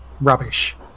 rubbish